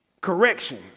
Correction